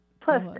plus